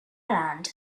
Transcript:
land